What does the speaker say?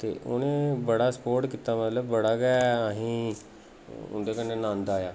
ते उ'नें बड़ा स्पोट कीता मतलब बड़ा गै अहें ई उं'दे कन्नै नंद आया